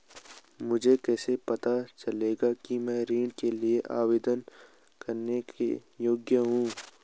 मुझे कैसे पता चलेगा कि मैं ऋण के लिए आवेदन करने के योग्य हूँ?